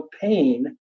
pain